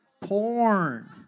Porn